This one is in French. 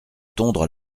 tondre